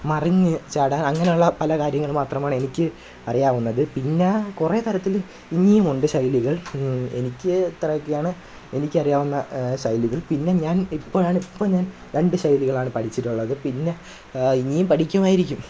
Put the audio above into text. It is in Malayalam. മറിഞ്ഞു ചാടാന് അങ്ങനെയുള്ള പല കാര്യങ്ങള് മാത്രമാണ് എനിക്ക് അറിയാവുന്നത് പിന്നെ കുറേ തരത്തിൽ ഇനിയുമുണ്ട് ശൈലികള് എനിക്ക് ഇത്രയൊക്കെയാണ് എനിക്ക് അറിയാവുന്ന ശൈലികള് ഞാൻ ഞാന് ഇപ്പോഴാണ് രണ്ട് ശൈലികളാണ് പഠിച്ചിട്ടുള്ളത് പിന്നെ ഇനിയും പഠിക്കുമായിരിക്കും